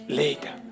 later